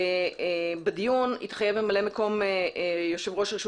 ובדיון התחייב ממלא מקום יושב-ראש רשות